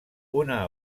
una